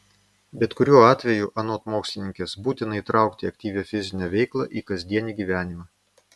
bet kuriuo atveju anot mokslininkės būtina įtraukti aktyvią fizinę veiklą į kasdienį gyvenimą